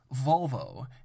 Volvo